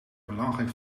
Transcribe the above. belangrijk